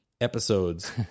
episodes